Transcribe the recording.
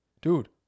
Dude